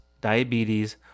diabetes